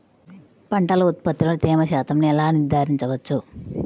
పంటల ఉత్పత్తిలో తేమ శాతంను ఎలా నిర్ధారించవచ్చు?